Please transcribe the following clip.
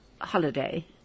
holiday